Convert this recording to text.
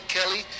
Kelly